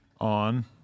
On